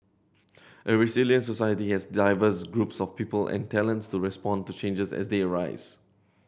a resilient society has diverse groups of people and talents to respond to changes as they arise